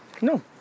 No